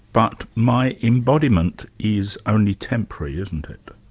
but my embodiment is only temporary isn't it?